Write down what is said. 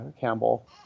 Campbell